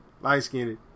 Light-skinned